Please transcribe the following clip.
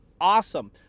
awesome